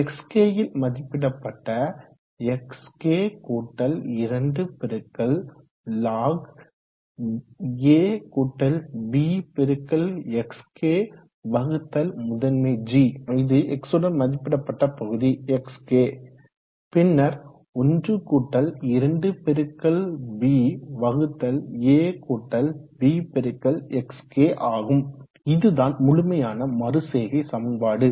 xk ல் மதிப்பிடப்பட்ட xk2log10 abxk வகுத்தல் முதன்மை g இது x உடன் மதிப்பிடப்பட்ட பகுதி xk பின்னர் 12babxk ஆகும் இதுதான் முழுமையான மறுசெய்கை சமன்பாடு